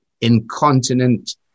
incontinent